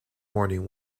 morning